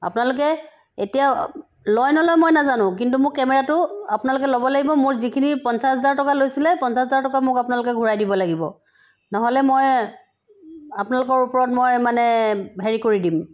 আপোনালোকে এতিয়া লয় নলয় মই নাজানোঁ কিন্তু মোক কেমেৰাটো আপোনালোকে ল'ব লাগিব মোৰ যিখিনি পঞ্চাছ হাজাৰ টকা লৈছিলে পঞ্চাছ হাজাৰ টকা মোক আপোনালোকে ঘূৰাই দিব লাগিব নহ'লে মই আপোনালোকৰ ওপৰত মই মানে হেৰি কৰি দিম